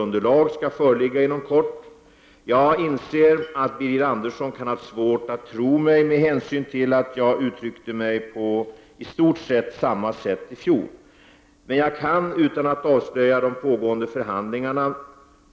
Några pengar har ännu ej kommit länet till del och stor oklarhet synes råda om varifrån desssa pengar skall tas.